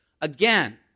again